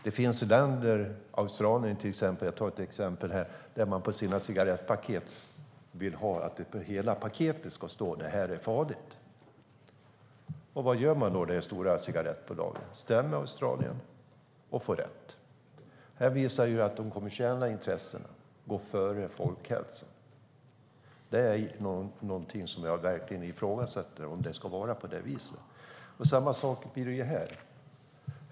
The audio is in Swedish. Det finns länder, till exempel Australien, där man vill att det på hela cigarettpaketen ska stå: Det här är farligt. Och vad gör då det stora cigarettbolaget? Man stämmer Australien och får rätt. Det visar att de kommersiella intressena går före folkhälsan. Jag ifrågasätter verkligen om det ska vara på det viset. Samma sak blir det här.